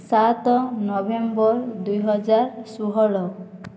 ସାତ ନଭେମ୍ବର ଦୁଇ ହଜାର ଷୋହଳ